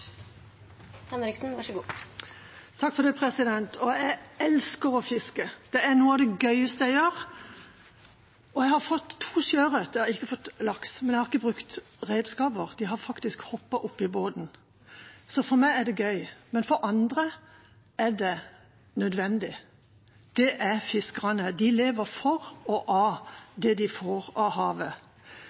noe av det gøyeste jeg gjør. Jeg har fått to sjøørret, jeg har ikke fått laks, men jeg har ikke brukt redskaper, de har faktisk hoppet opp i båten. Så for meg er det gøy. Men for andre er det nødvendig. Det er fiskerne. De lever for og av det de får av havet.